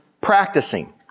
practicing